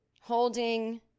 holding